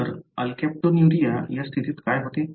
तर अल्काप्टन्युरिया या स्थितीत काय होते